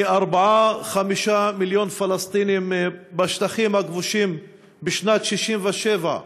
4 5 מיליון פלסטינים בשטחים הכבושים בשנת 67',